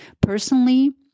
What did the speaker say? Personally